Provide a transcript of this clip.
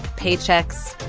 paychecks,